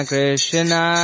Krishna